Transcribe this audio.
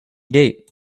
gate